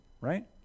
right